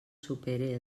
supere